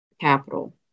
capital